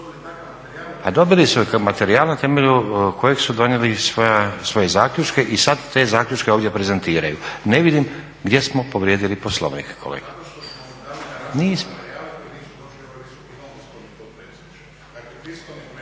Dobili su materijal na temelju kojih su donijeli svoje zaključke i sada te zaključke ovdje prezentiraju. Ne vidim gdje smo povrijedili Poslovnik kolega.